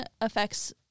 affects